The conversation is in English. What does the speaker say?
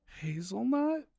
Hazelnut